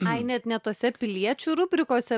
ai net ne tose piliečių rubrikose